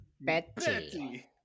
Betty